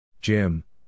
Jim